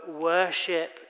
worship